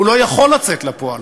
הוא לא יכול לצאת לפועל.